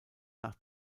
nach